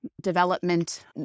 development